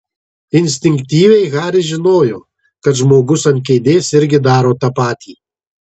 instinktyviai haris žinojo kad žmogus ant kėdės irgi daro tą patį